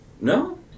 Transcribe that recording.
No